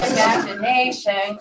Imagination